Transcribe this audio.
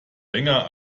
länger